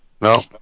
no